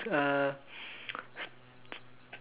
uh s~ s~